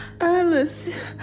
Alice